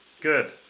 Good